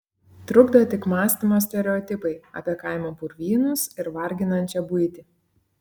trukdo tik mąstymo stereotipai apie kaimo purvynus ir varginančią buitį